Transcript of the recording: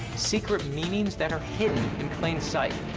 secret meanings that are hidden in plain sight.